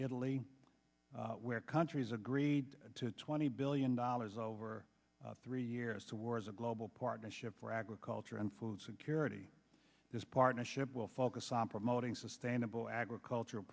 italy where countries agreed to twenty billion dollars over three years towards a global partnership for agriculture and food security this partnership will focus on promoting sustainable agricultur